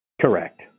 Correct